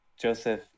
Joseph